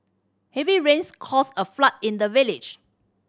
heavy rains caused a flood in the village